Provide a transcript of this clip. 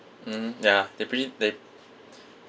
mmhmm ya they're pretty they